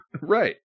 Right